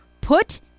put